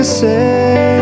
say